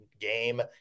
game